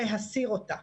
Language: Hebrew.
להסיר אותה.